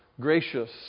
gracious